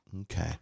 Okay